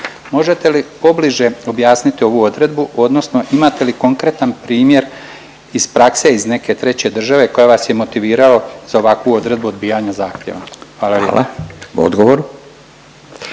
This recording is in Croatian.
Možete li pobliže objasniti ovu odredbu odnosno imate li konkretan primjer iz prakse iz neke treće države koja vas je motiviralo za ovakvu odredbu odbijanja zahtjeva. Hvala lijepo.